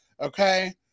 Okay